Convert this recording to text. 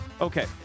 Okay